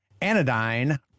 Anodyne